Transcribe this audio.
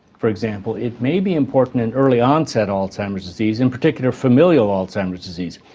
for example it may be important in early onset alzheimer's disease, in particular familial alzheimer's disease.